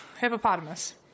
Hippopotamus